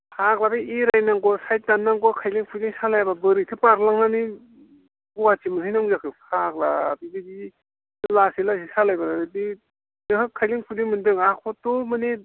फाग्ला बे एरायनांगौ साइड दाननांगौआ खायलें खुयलें सालायाब्ला बोरैथ' बारलांनानै गुवाहाटि मोनहैनांगौ जाखो फाग्ला बिदि लासै लासै सालायबादि नोंहा खायलें खुयलें मोन्दों आंहा खथ्थ' माने